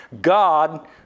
God